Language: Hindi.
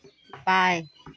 बाएँ